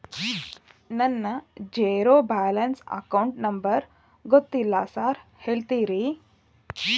ನನ್ನ zero balance account number ಗೊತ್ತಿಲ್ಲ sir ಹೇಳ್ತೇರಿ?